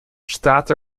staat